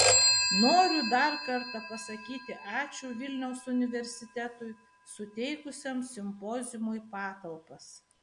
noriu dar kartą pasakyti ačiū vilniaus universitetui suteikusiam simpoziumui patalpas